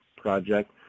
project